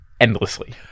Endlessly